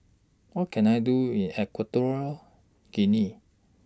What Can I Do in Equatorial Guinea